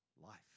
life